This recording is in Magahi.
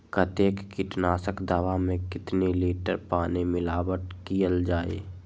कतेक किटनाशक दवा मे कितनी लिटर पानी मिलावट किअल जाई?